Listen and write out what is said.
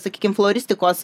sakykim floristikos